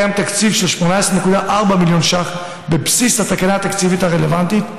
קיים תקציב של 18.4 מיליון ש"ח בבסיס התקנה התקציבית הרלוונטית,